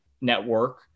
network